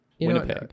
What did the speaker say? Winnipeg